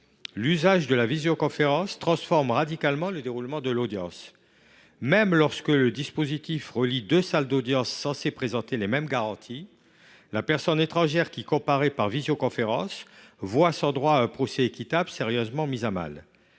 l’usage de la visioconférence transforme radicalement le déroulement de l’audience. Même lorsque le dispositif relie deux salles d’audience censées présenter les mêmes garanties, la personne étrangère qui comparaît par visioconférence voit […] son droit à un procès équitable sérieusement mis à mal.